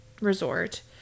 resort